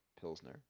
Pilsner